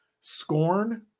scorn